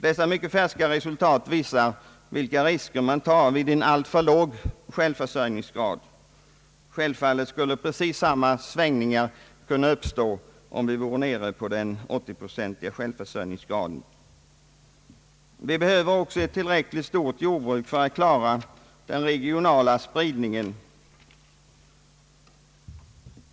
Dessa mycket färska resultat visar vilka risker man tar vid en alltför låg självförsörjningsgrad. Självfallet skulle precis samma svängningar kunna uppstå, om vi vore nere på den 89-procentiga självförsörjningsgraden. Vi behöver också ett tillräckligt stort jordbruk för att klara den regionala spridningen.